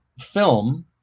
film